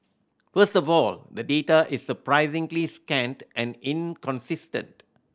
first of all the data is surprisingly scant and inconsistent